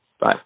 Bye